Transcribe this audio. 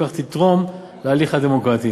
ובכך תתרום להליך הדמוקרטי.